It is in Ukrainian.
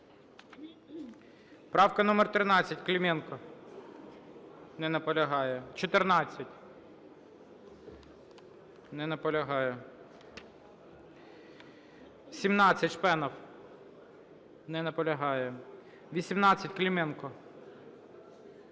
Правка номер 13, Клименко. Не наполягає. 14. Не наполягає. 17, Шпенов. Не наполягає. 18, Клименко.